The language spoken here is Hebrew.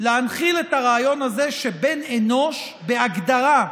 להנחיל את הרעיון הזה שבן אנוש, בהגדרה,